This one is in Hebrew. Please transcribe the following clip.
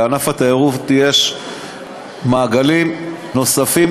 לענף התיירות יש מעגלים נוספים,